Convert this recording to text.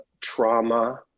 trauma